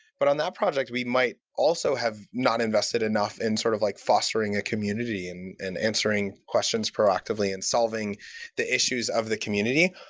but on that project, we might also have not invested enough in sort of like fostering a community and answering questions proactively and solving the issues of the community,